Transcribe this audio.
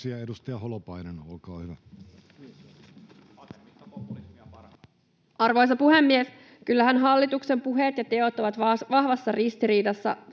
Arvoisa puhemies! Kyllähän hallituksen puheet ja teot ovat vahvassa ristiriidassa.